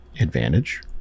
advantage